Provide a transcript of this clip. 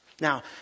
Now